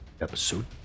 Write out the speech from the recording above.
Episode